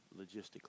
logistically